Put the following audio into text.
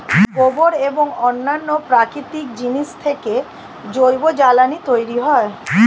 গোবর এবং অন্যান্য প্রাকৃতিক জিনিস থেকে জৈব জ্বালানি তৈরি হয়